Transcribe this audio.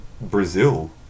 Brazil